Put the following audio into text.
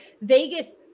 Vegas